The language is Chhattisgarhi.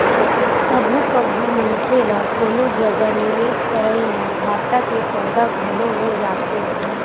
कभू कभू मनखे ल कोनो जगा निवेस करई म घाटा के सौदा घलो हो जाथे